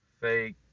fake